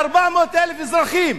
400,000 אזרחים.